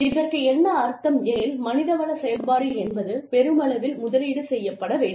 இதற்கு என்ன அர்த்தம் எனில் மனிதவள செயல்பாடு என்பது பெருமளவில் முதலீடு செய்யப்பட வேண்டும்